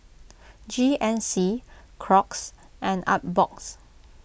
G N C Crocs and Artbox